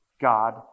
God